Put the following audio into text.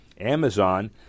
Amazon